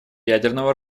ядерного